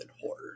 horror